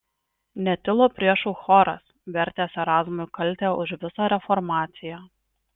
netilo priešų choras vertęs erazmui kaltę už visą reformaciją